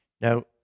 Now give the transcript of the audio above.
Now